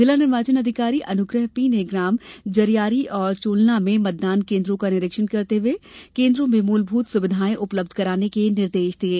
जिला निर्वाचन अधिकारी अनुग्रह पी ने ग्राम जरियारी और चोलना में मतदानकेन्द्रों का निरीक्षण करते हुए केन्द्रों में मूलभूत सुविधायें उपलब्ध कराने के निर्देश दिये